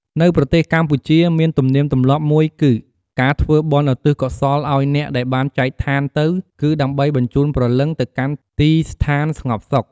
នៅប្រទេសកម្ពុជាមានទនៀមទម្លាប់មួយគឺ ការធ្វើបុណ្យឧទិសកុសលឲ្យអ្នកដែលបានចែកឋានទៅគឺដើម្បីបញ្ជូនព្រលឹងទៅកាន់ទីស្ថានស្ងប់សុខ។